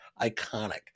iconic